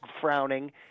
frowning